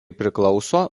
priklauso